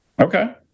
Okay